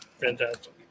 fantastic